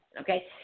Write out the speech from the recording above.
okay